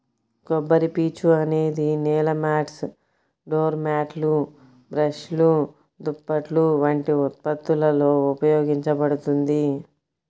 కొబ్బరిపీచు అనేది నేల మాట్స్, డోర్ మ్యాట్లు, బ్రష్లు, దుప్పట్లు వంటి ఉత్పత్తులలో ఉపయోగించబడుతుంది